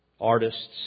artists